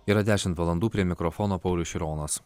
yra dešimt valandų prie mikrofono paulius šironas